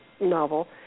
novel